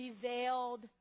prevailed